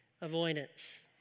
Avoidance